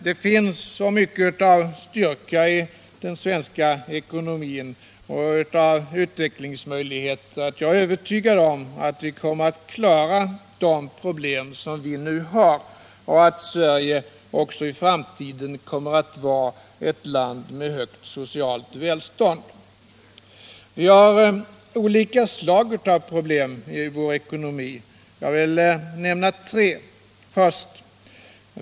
Det finns så mycket av styrka i den svenska ekonomin och av utvecklingsmöjligheter, att jag är övertygad om att vi kommer att klara de problem vi nu har och att Sverige också i framtiden kommer att vara ett land med högt socialt välstånd. Vi har olika slag av problem i vår ekonomi. Jag vill nämna tre.